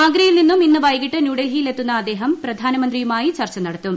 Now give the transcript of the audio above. ആഗ്രയിൽ നിന്നും ഇന്ന് വൈകിട്ട് ന്യൂഡൽഹിയിൽ എത്തുന്ന അദ്ദേഹം പ്രധാനമന്ത്രിയുമായി ചർച്ച നടത്തും